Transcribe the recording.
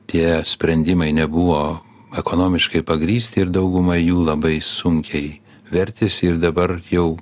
tie sprendimai nebuvo ekonomiškai pagrįsti ir dauguma jų labai sunkiai vertėsi ir dabar jau